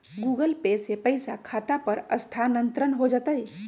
Google Pay से पईसा खाता पर स्थानानंतर हो जतई?